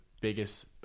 biggest